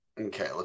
Okay